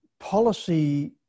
policy